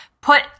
put